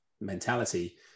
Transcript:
mentality